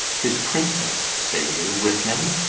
his princess, say you, with him?